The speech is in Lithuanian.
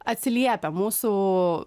atsiliepia mūsų